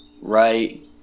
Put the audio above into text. Right